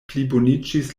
pliboniĝis